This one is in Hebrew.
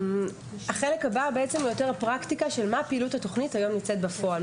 החלק הבא הוא יותר הפרקטיקה של פעילות התוכנית היום בפועל,